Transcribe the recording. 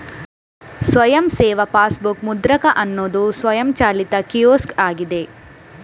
ಸ್ವಯಂ ಸೇವಾ ಪಾಸ್ಬುಕ್ ಮುದ್ರಕ ಅನ್ನುದು ಸ್ವಯಂಚಾಲಿತ ಕಿಯೋಸ್ಕ್ ಆಗಿದೆ